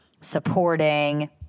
Supporting